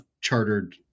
chartered